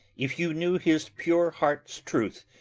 if you knew his pure heart's truth,